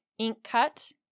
InkCut